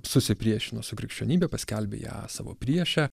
susipriešino su krikščionybe paskelbė ją savo prieše